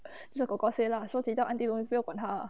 这 kor kor say lah so 提到 auntie leon 不要管她 lah